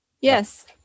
Yes